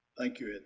thank you, ed.